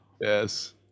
Yes